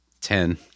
Ten